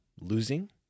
losing